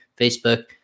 Facebook